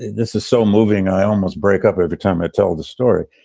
this is so moving i almost break up every time i tell the story.